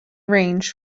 range